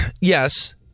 Yes—